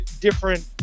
different